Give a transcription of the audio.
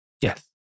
yes